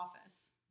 office